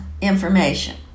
information